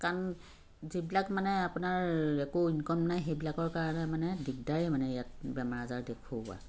কাৰণ যিবিলাক মানে আপোনাৰ একো ইনকম নাই সেইবিলাকৰ কাৰণে মানে দিগদাৰেই মানে ইয়াত বেমাৰ আজাৰ দেখুওৱা